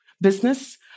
Business